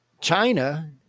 China